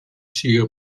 siga